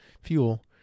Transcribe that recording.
fuel